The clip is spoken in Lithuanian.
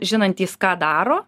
žinantys ką daro